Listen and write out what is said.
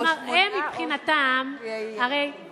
כלומר הם מבחינתם או שמונה,